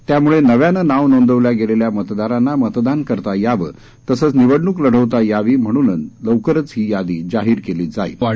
त्यामुळे नव्यानं नाव नोदवल्या गेलेल्या मतदरांना मतदान करता यावं तसंच निवडणूक लढवता यावी म्हणून लवकरचं ही यादी जाहीर केली जाईल असं त्यांनी सांगितलं